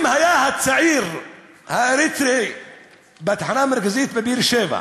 אם היה הצעיר האריתריאי בתחנה המרכזית בבאר-שבע,